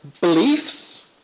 Beliefs